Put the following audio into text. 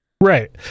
Right